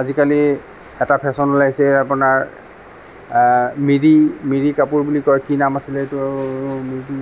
আজিকালি এটা ফেশ্বন ওলাইছে আপোনাৰ মিৰি মিৰি কাপোৰ বুলি কয় কি নাম আছিলে এইটো মিৰি